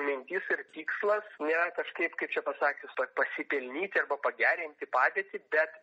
mintis ir tikslas ne kažkaip kaip čia pasakius pasipelnyti arba pagerinti padėtį bet